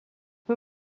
peu